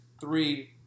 Three